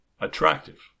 Attractive